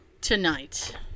Tonight